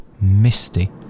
misty